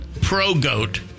pro-goat